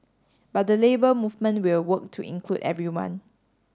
but the Labour Movement will work to include everyone